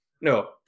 No